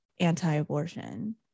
anti-abortion